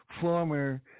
former